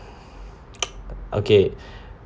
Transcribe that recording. okay